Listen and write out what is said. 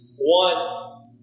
One